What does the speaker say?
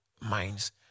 minds